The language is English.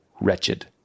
wretched